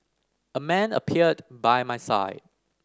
a man appeared by my side